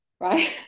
right